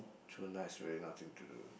two nights really nothing to do